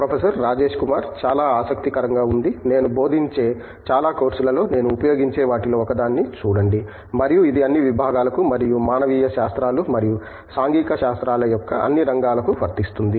professor Rajesh Kumar చాలా ఆసక్తికరంగా ఉంది నేను బోధించే చాలా కోర్సులలో నేను ఉపయోగించే వాటిలో ఒకదాన్ని చూడండి మరియు ఇది అన్ని విభాగాలకు మరియు మానవీయ శాస్త్రాలు మరియు సాంఘిక శాస్త్రాల యొక్క అన్ని రంగాలకు వర్తిస్తుంది